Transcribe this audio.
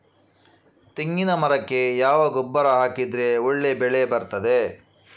ತೆಂಗಿನ ಮರಕ್ಕೆ ಯಾವ ಗೊಬ್ಬರ ಹಾಕಿದ್ರೆ ಒಳ್ಳೆ ಬೆಳೆ ಬರ್ತದೆ?